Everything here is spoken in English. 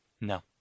no